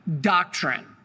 doctrine